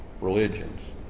religions